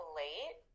late